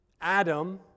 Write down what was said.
Adam